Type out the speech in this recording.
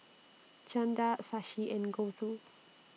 Chanda Shashi and Gouthu